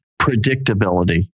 predictability